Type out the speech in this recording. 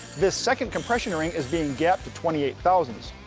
this second compression ring is being gapped to twenty eight thousandths.